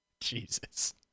Jesus